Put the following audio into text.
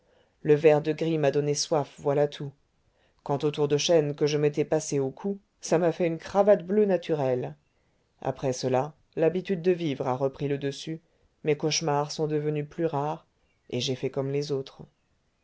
le vert-de-gris m'a donné soif voilà tout quant au tour de chaîne que je m'étais passé au cou ça m'a fait une cravate bleue naturelle après cela l'habitude de vivre a repris le dessus mes cauchemars sont devenus plus rares et j'ai fait comme les autres